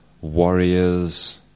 warriors